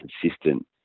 consistent